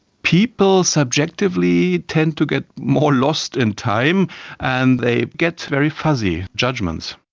people subjectively tend to get more lost in time and they get very fuzzy judgements.